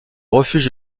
refuge